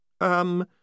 Um